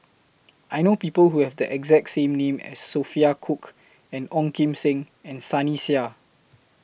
I know People Who Have The exact name as Sophia Cooke and Ong Kim Seng and Sunny Sia